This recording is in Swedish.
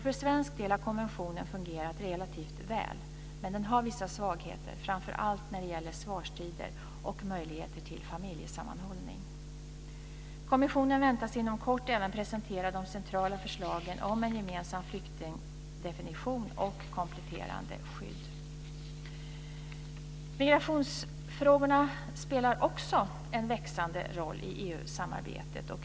För svensk del har konventionen fungerat relativt väl, men den har vissa svagheter, framför allt när det gäller svarstider och möjligheter till familjesammanhållning. Kommissionen väntas inom kort även presentera de centrala förslagen om en gemensam flyktingdefinition och kompletterande skydd. Migrationsfrågorna spelar också en växande roll i EU-samarbetet.